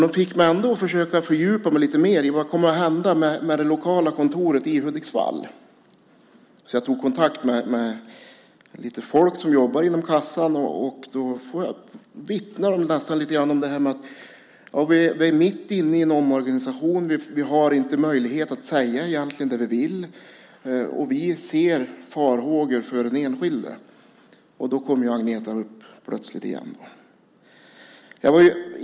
Hon fick mig ändå att försöka fördjupa mig lite mer i vad som kommer att hända med det lokala kontoret i Hudiksvall. Jag tog därför kontakt med lite folk som jobbar inom kassan och de vittnade om att de var mitt inne i en omorganisation, att de egentligen inte hade möjlighet att säga vad de ville och att de hyste farhågor för den enskilde.